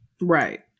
Right